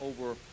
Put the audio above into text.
over